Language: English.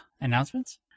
announcements